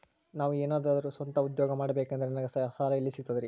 ನಾನು ಏನಾದರೂ ಸ್ವಂತ ಉದ್ಯೋಗ ಮಾಡಬೇಕಂದರೆ ನನಗ ಸಾಲ ಎಲ್ಲಿ ಸಿಗ್ತದರಿ?